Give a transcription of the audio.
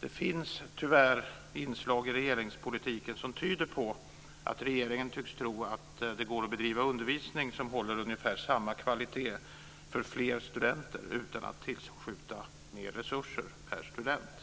Det finns tyvärr inslag i regeringspolitiken som tyder på att regeringen tycks tro att det går att bedriva undervisning som håller ungefär samma kvalitet för fler studenter utan att man tillskjuter mer resurser per student.